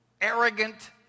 arrogant